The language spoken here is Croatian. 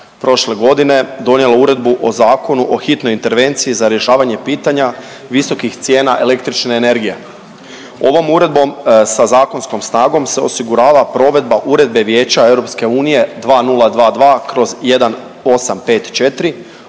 prosinca donijela Uredbu o zakonu o hitnoj intervenciji za rješavanje pitanja visokih cijena električne energije. Ovom uredbom sa zakonskom snagom se osigurava provedba Uredbe Vijeća EU 2022/1854